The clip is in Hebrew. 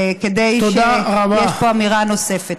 כדי שתהיה פה אמירה נוספת.